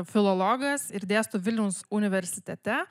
filologas ir dėsto vilniaus universitete